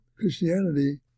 Christianity